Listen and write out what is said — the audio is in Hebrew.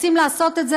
רוצים לעשות את זה?